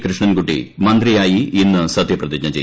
കൃഷ്ണൻകുട്ടി മന്ത്രിയായി ഇന്ന് സത്യപ്രതിജ്ഞ ചെയ്യും